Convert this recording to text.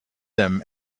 them